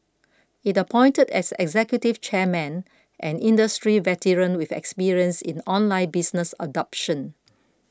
it appointed as executive chairman an industry veteran with experience in online business adoption